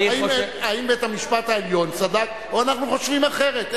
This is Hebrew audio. אני חושב --- האם בית-המשפט העליון צדק או אנחנו חושבים אחרת,